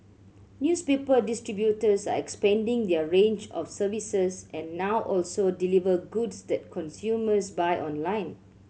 newspaper distributors are expanding their range of services and now also deliver goods that consumers buy online